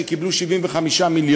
שקיבלו 75 מיליון,